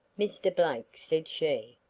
mr. blake, said she,